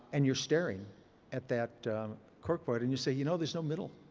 and you're staring at that corkboard and you say, you know, there's no middle.